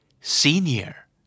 senior